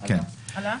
הצו אושר פה אחד.